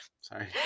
sorry